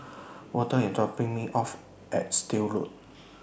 Walter IS dropping Me off At Still Road